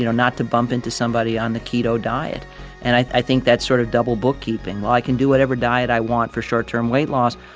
you know not to bump into somebody on the keto diet and i i think that's sort of double bookkeeping. well, i can do whatever diet i want for short-term weight loss.